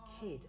kid